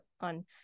on